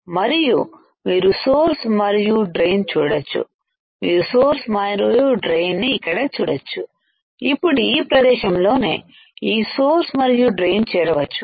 మరియు మీరు సోర్స్ మరియు డ్రైన్ చూడొచ్చు మీరు సోర్స్ మరియు డ్రైవ్ట్ని ఇక్కడ చూడొచ్చు ఇప్పుడు ఈ ప్రదేశంలోనే ఈ సోర్స్ మరియు డ్రైన్ చేరవచ్చు